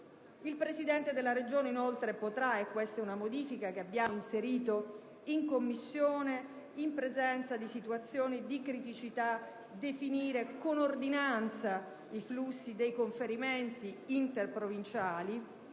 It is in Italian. Il Presidente della Regione, inoltre, potrà (questa è una modifica che abbiamo inserito in Commissione), in presenza di situazioni di criticità, definire con ordinanza i flussi dei conferimenti interprovinciali.